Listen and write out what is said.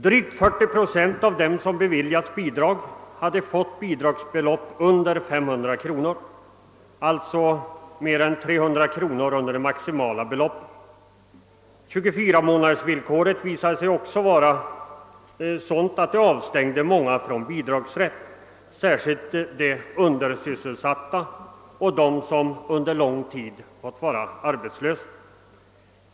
Drygt 40 procent av dem som beviljades bidrag fick belopp på under 500 kronor — alltså mer än 300 kronor under det maximala beloppet. även 24 månadersvillkoret visade sig avstänga många från bidragsrätt, särskilt de undersysselsatta och dem som under lång tid varit arbetslösa.